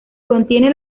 contiene